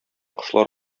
кошлар